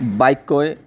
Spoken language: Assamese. বাক্যই